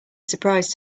surprise